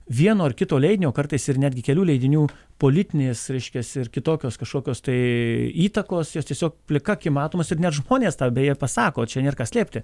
vieno ar kito leidinio kartais ir netgi kelių leidinių politinės reiškias ir kitokios kažkokios tai įtakos jos tiesiog plika akim matomos ir net žmonės tą beje pasako čia nėr ką slėpti